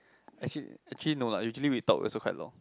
actually actually no lah usually we talk also quite long